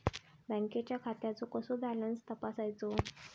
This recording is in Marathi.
बँकेच्या खात्याचो कसो बॅलन्स तपासायचो?